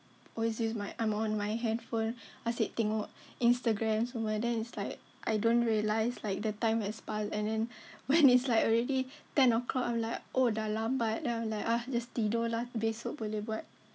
always use my I'm on my handphone asyik tengok Instagram semua then it's like I don't realize like the time has passed and then when it's like already ten o'clock I'm like oh dah lambat ah just tidur lah besok boleh buat